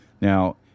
Now